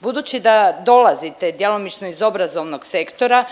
Budući da dolazite djelomično iz obrazovnog sektora,